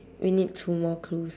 we need two more clues